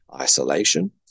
isolation